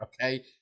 okay